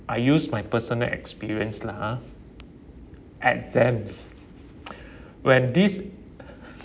I use my personal experience lah !huh! exams when this